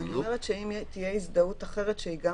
אני אומרת שאם תהיה הזדהות אחרת שהיא גם